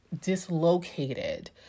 dislocated